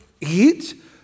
eat